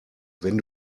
wenn